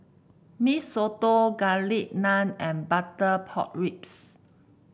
Mee Soto Garlic Naan and Butter Pork Ribs